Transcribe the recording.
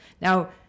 Now